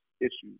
issues